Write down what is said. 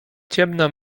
ciemna